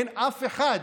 אין אף אחד.